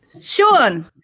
Sean